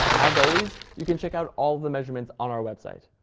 as always, you can check out all of the measurements on our website.